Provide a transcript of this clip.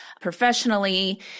professionally